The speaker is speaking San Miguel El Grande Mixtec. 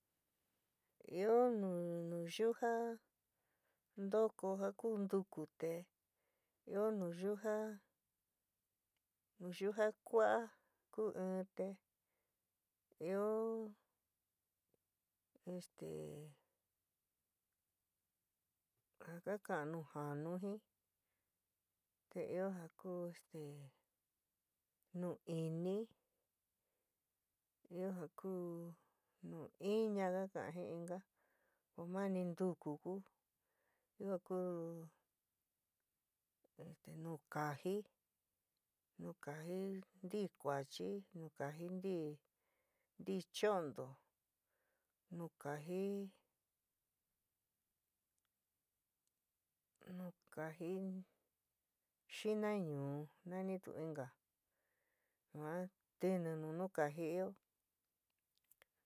Ɨó nu nuyujaá ntokó ja ku ntukú, te ɨó nuyuja nuyuja kua'á ku in te ɨó este ja ka kaán nujáánu jin, te ɨó ja ku este nui'inɨ, ɨó ja ku nu iñá ka ka'an jɨón inká, ko mani ntuku kú, ɨó ja ku nukájí, nukájí ntikuáchí, nukáji nticho'onto, nukaji nukaji xinañúú nannitu inka yuan, tɨni nu nukaji ɨó.